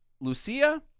Lucia